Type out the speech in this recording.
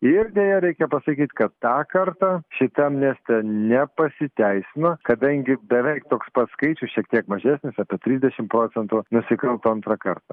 ir deja reikia pasakyt kad tą kartą šita amnestija nepasiteisino kadangi beveik toks pat skaičius šiek tiek mažesnis apie trisdešimt procentų nusikalto antrą kartą